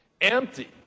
Empty